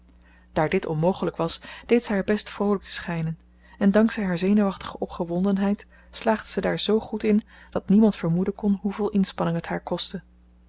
daar dit onmogelijk was deed zij haar best vroolijk te schijnen en dank zij haar zenuwachtige opgewondenheid slaagde ze daar zoo goed in dat niemand vermoeden kon hoeveel inspanning het haar kostte